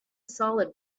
solid